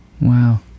Wow